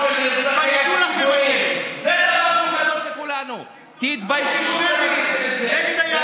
תתביישו לכם מזבלה.